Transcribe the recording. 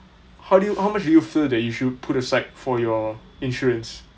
how do you how much do you feel that you should put aside for your insurance